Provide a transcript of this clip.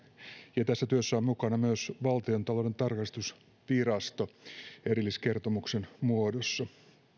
ja tässä työssä on mukana myös valtiontalouden tarkastusvirasto erilliskertomuksen muodossa